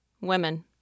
women